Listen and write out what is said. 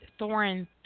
Thorin